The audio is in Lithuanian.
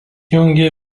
jungia